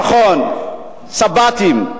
נכון, שׂב"תים.